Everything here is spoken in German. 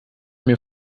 mir